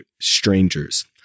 strangers